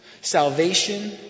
salvation